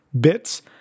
bits